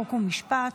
חוק ומשפט